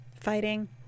fighting